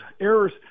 errors